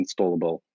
installable